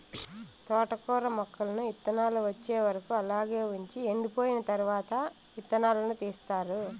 తోటకూర మొక్కలను ఇత్తానాలు వచ్చే వరకు అలాగే వుంచి ఎండిపోయిన తరవాత ఇత్తనాలను తీస్తారు